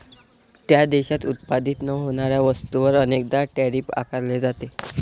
त्या देशात उत्पादित न होणाऱ्या वस्तूंवर अनेकदा टैरिफ आकारले जाते